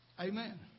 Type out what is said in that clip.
Amen